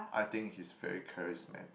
I think he's very charismatic